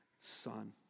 Son